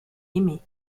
aimée